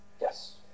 Yes